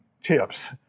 chips